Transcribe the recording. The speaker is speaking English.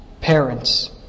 parents